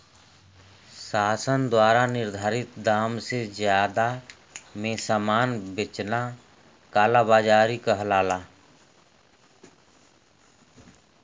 शासन द्वारा निर्धारित दाम से जादा में सामान बेचना कालाबाज़ारी कहलाला